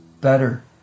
better